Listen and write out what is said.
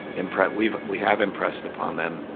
impress we've we have impressed upon them,